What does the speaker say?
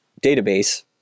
database